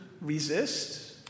resist